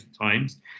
Times